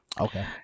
Okay